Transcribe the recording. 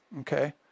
okay